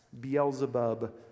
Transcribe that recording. Beelzebub